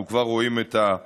אנחנו כבר רואים את הנתונים.